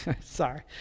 sorry